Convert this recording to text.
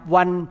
one